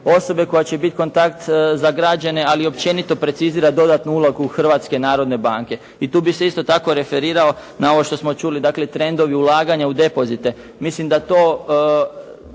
osobe koja će biti kontakt za građane, ali općenit precizira dodatnu ulogu Hrvatske narodne banke. I tu bi se isto tako referirao na ovo što smo čuli, dakle trendovi ulaganja u depozite. Mislim da to,